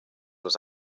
was